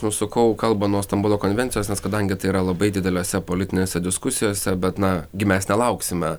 nusukau kalbą nuo stambulo konvencijos nes kadangi tai yra labai dideliuose politinėse diskusijose bet na gi mes nelauksime